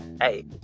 Hey